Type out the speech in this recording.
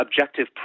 objective